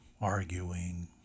arguing